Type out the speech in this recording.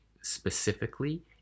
Specifically